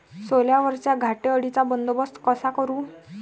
सोल्यावरच्या घाटे अळीचा बंदोबस्त कसा करू?